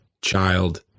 child